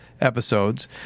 episodes